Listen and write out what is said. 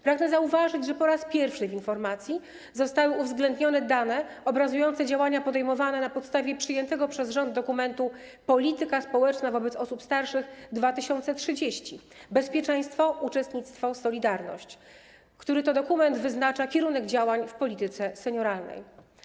Pragnę zauważyć, że po raz pierwszy w informacji zostały uwzględnione dane obrazujące działania podejmowane na podstawie przyjętego przez rząd dokumentu „Polityka społeczna wobec osób starszych 2030. Bezpieczeństwo - Uczestnictwo - Solidarność”, który to dokument wyznacza kierunek działań w polityce senioralnej.